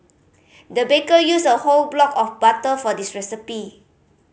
the baker used a whole block of butter for this recipe